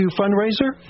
fundraiser